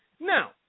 Now